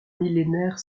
millénaire